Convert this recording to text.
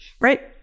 right